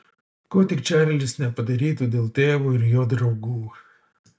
ko tik čarlis nepadarytų dėl tėvo ir jo draugų